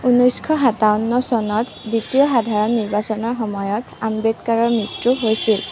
ঊনৈছশ সাতাৱন্ন চনত দ্বিতীয় সাধাৰণ নিৰ্বাচনৰ সময়ত আম্বেদকাৰৰ মৃত্যু হৈছিল